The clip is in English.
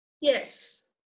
Yes